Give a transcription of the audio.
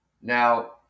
Now